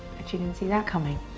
bet you didn't see that coming.